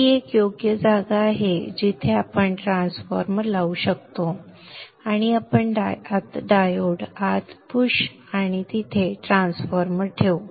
ही एक योग्य जागा आहे जिथे आपण ट्रान्सफॉर्मर लावू शकतो आणि आपण डायोड आत पुश आणि तिथे ट्रान्सफॉर्मर ठेवू